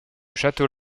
château